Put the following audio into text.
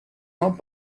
not